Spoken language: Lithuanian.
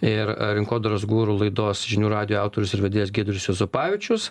ir rinkodaros guru laidos žinių radijo autorius ir vedėjas giedrius juozapavičius